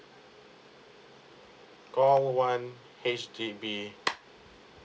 call one H_D_B